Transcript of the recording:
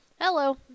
Hello